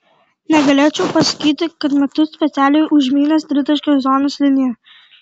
negalėčiau pasakyti kad metu specialiai užmynęs tritaškio zonos liniją